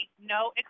No